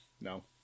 No